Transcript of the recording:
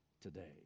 today